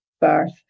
birth